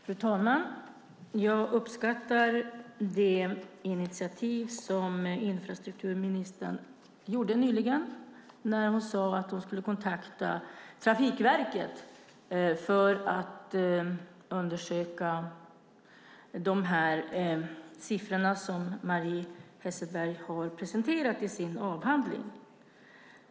Fru talman! Jag uppskattar det initiativ som infrastrukturministern tog när hon sade att hon skulle kontakta Trafikverket för att undersöka de siffror som Marie Hasselberg presenterat i sin avhandling.